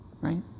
Right